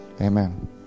Amen